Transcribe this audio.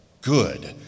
good